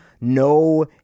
No